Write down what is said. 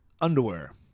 Underwear